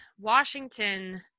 Washington